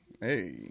Hey